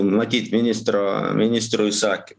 numatyt ministro ministro įsakymu